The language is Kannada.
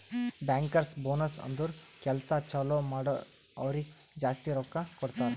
ಬ್ಯಾಂಕರ್ಸ್ ಬೋನಸ್ ಅಂದುರ್ ಕೆಲ್ಸಾ ಛಲೋ ಮಾಡುರ್ ಅವ್ರಿಗ ಜಾಸ್ತಿ ರೊಕ್ಕಾ ಕೊಡ್ತಾರ್